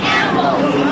animals